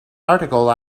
articles